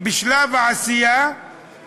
של חבר הכנסת עיסאווי פריג'.